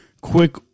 quick